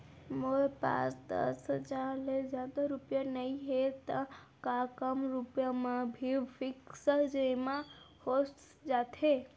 मोर पास दस हजार ले जादा रुपिया नइहे त का कम रुपिया म भी फिक्स जेमा हो जाथे?